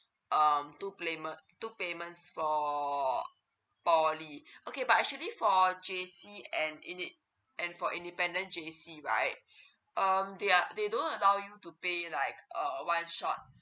um two playment two payments for poly okay but actually for J_C and inde~ and for the independent J_C right um they are they don't allow you to pay like err one shot